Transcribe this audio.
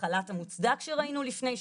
כמו החל"ת המוצדק שראינו לפני שנתיים.